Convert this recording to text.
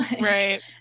Right